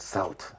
South